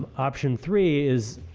option three is